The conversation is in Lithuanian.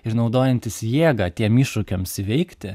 ir naudojantys jėgą tiem iššūkiams įveikti